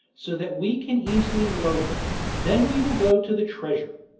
so that we can easily load them then we will go to the treasure.